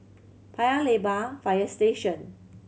Paya Lebar Fire Station